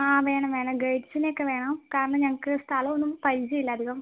ആ വേണം വേണം ഗെയ്ഡ്സിനെയൊക്കെ വേണം കാരണം ഞങ്ങൾക്ക് സ്ഥലമൊന്നും പരിചയമില്ല അധികം